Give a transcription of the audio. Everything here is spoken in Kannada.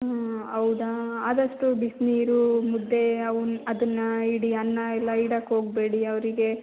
ಹ್ಞೂ ಹೌದಾ ಆದಷ್ಟು ಬಿಸಿನೀರು ಮುದ್ದೆ ಅವನ್ನ ಅದನ್ನು ಇಡಿ ಅನ್ನ ಎಲ್ಲ ಇಡಕ್ಕೆ ಹೋಗಬೇಡಿ ಅವರಿಗೆ